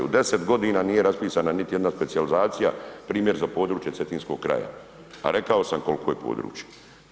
U 10 godina nije raspisana niti jedna specijalizacija primjer za područje Cetinskog kraja, a rekao sam koliko je područje.